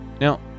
Now